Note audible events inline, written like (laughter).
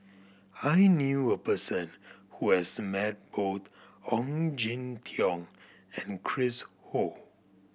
I knew a person who has met (unintelligible) Ong Jin Teong and Chris Ho